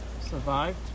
survived